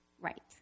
Right